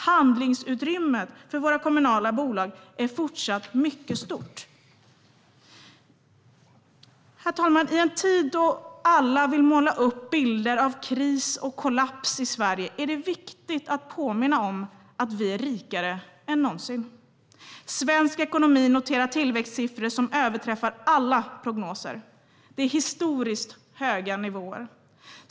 Handlingsutrymmet för våra kommunala bolag är fortsatt mycket stort. Herr talman! I en tid då alla vill måla upp bilder av kris och kollaps i Sverige är det viktigt att påminna om att vi är rikare än någonsin. Svensk ekonomi noterar tillväxtsiffror som överträffar alla prognoser. Det är historiskt höga nivåer.